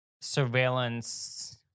surveillance